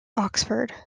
oxford